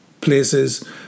places